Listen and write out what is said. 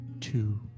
two